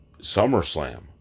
SummerSlam